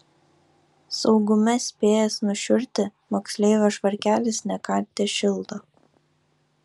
saugume spėjęs nušiurti moksleivio švarkelis ne ką tešildo